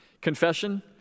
Confession